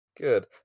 Good